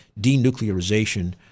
denuclearization